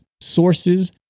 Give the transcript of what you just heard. sources